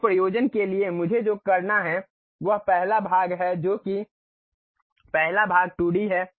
इस प्रयोजन के लिए मुझे जो करना है वह पहला भाग है जो कि पहला भाग 2D है